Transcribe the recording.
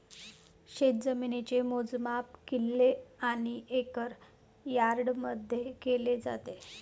शेतजमिनीचे मोजमाप किल्ले आणि एकर यार्डमध्ये केले जाते